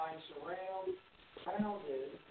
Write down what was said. surrounded